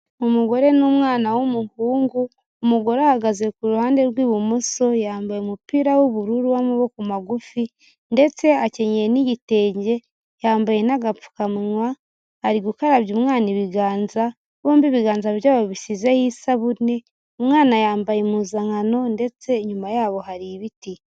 Umugore n'umwana w'umuhungu, umugore ahagaze ku ruhande rw'ibumoso yambaye umupira w'ubururu w'amaboko magufi ndetse akenyeye n'igitenge, yambaye n'agapfukanwa, ari gukarabya umwana ibiganza, bombi ibiganza byabo bisizeho isabune, umwana yambaye impuzankano ndetse inyuma yaho hari ibiti.